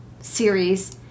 series